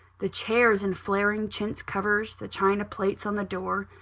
the chairs in flaring chintz-covers, the china plates on the door,